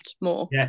more